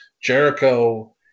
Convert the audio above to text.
Jericho